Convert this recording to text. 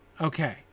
Okay